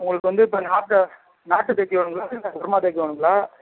உங்களுக்கு வந்து இப்போ நாட்டு நாட்டு தேக்கு வேணுங்களா இல்லை பர்மா தேக்கு வேணுங்களா